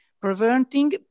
preventing